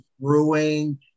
brewing